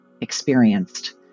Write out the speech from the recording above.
experienced